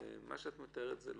מה שאת מתארת זה לא.